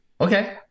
Okay